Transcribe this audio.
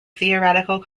theoretical